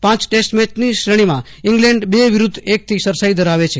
પાંચ ટેસ્ટમેચની શ્રેણીમાં ઇન્ગલેન્ડ બે વિરૂધ્ધ એકથી સરસાઇ ધરાવે છે